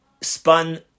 spun